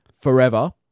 forever